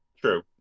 True